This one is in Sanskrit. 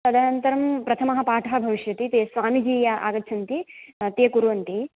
तदनन्तरं प्रथमः पाठः भविष्यति ते स्वामीजि ये आगच्छन्ति ते कुर्वन्ति